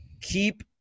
Keep